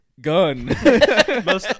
gun